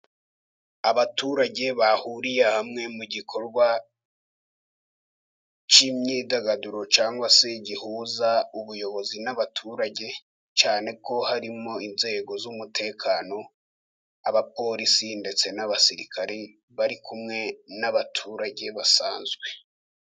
Abaturage bahuriye hamwe mu gikorwa cy'imyidagaduro, cyangwa se gihuza ubuyobozi n'abaturage, cyane ko harimo inzego z'umutekano, abapolisi, ndetse n'abasirikare, bari kumwe n'abaturage basanzwe.